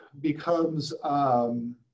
becomes